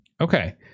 Okay